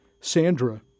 Sandra